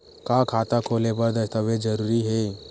का खाता खोले बर दस्तावेज जरूरी हे?